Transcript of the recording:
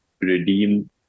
redeem